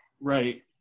right